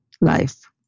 life